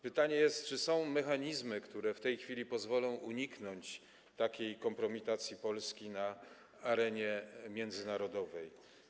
Pytanie jest: Czy są mechanizmy, które w tej chwili pozwolą uniknąć takiej kompromitacji Polski na arenie międzynarodowej?